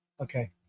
Okay